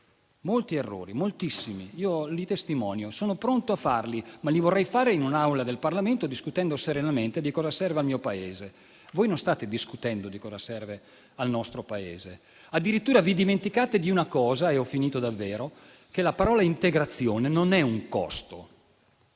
molti errori, moltissimi. Io li testimonio, sono pronto a farlo, ma lo vorrei fare in un'Aula del Parlamento, discutendo serenamente di cosa serve al mio Paese. Voi non state discutendo di cosa serve al nostro Paese. Addirittura vi dimenticate di una cosa, ovvero del fatto che la parola «integrazione» non è un costo.